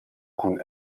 cun